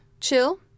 chill